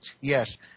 yes